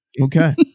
Okay